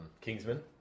Kingsman